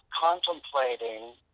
contemplating